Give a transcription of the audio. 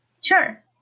Sure